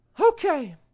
Okay